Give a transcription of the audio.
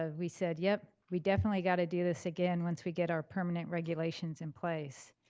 ah we said, yep, we definitely gotta do this again once we get our permanent regulations in place.